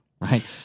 right